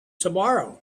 tomorrow